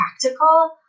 practical